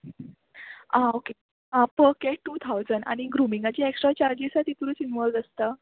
आ okay आं per cat two thousand आनी ग्रुमिंगाची एक्स्ट्रा चार्जीस आसा तितूरूच इनवोल्व आसता